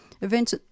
events